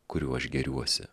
kuriuo aš gėriuosi